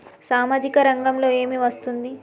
సామాజిక రంగంలో ఏమి వస్తుంది?